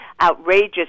outrageous